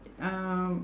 um